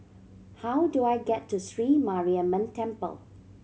how do I get to Sri Mariamman Temple